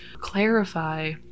clarify